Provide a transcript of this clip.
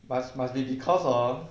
but must be because of